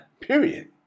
Period